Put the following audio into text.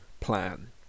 plan